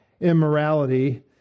immorality